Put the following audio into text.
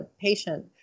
patient